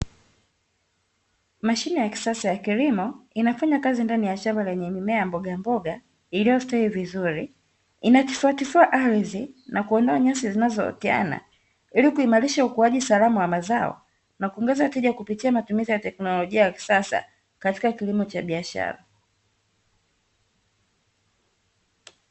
Mashine ya kisasa ya kilimo inafanya kazi ndani ya shamba lenye mimea ya mbogamboga iliyostawi vizuri, inatifuatifua ardhi na kuondoa nyasi zinazooteana, ili kuimarisha ukuaji salama wa mazao na kuongeza tija kupitia matumizi ya teknolojia ya kisasa katika kilimo cha biashara.